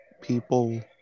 people